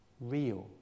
Real